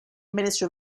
minister